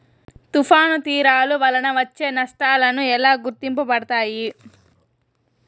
తుఫాను తీరాలు వలన వచ్చే నష్టాలను ఎలా గుర్తుపడతారు?